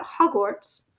Hogwarts